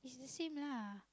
the same lah